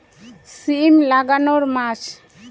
সিম লাগানোর মাস?